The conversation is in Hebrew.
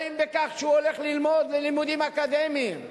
או אם בכך שהוא הולך ללמוד לימודים אקדמיים.